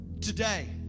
Today